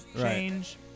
change